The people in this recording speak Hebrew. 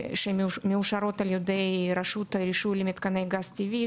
שמאושרות על ידי רשות האישור למתקני גז טבעי,